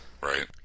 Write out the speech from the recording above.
Right